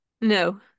No